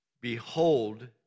Behold